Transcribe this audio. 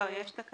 לא, יש תקנות.